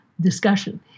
discussion